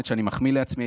האמת שאני מחמיא לעצמי,